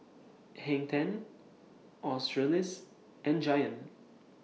Hang ten Australis and Giant